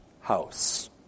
house